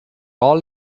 all